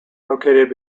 located